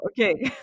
okay